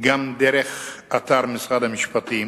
גם דרך אתר משרד המשפטים,